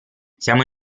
siamo